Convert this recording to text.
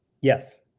Yes